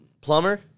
plumber